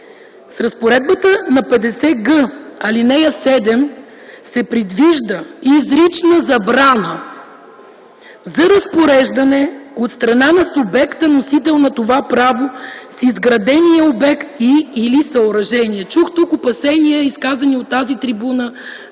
С разпоредбата на чл. 50г, ал. 7 се предвижда изрична забрана за разпореждане от страна на субекта – носител на това право, с изградения обект и/или съоръжение. Тук чух опасения, изказани от тази трибуна,